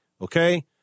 Okay